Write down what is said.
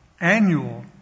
annual